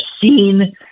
seen